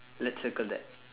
let's circle that